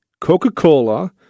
Coca-Cola